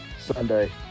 Sunday